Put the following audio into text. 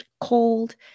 cold